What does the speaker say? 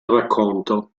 racconto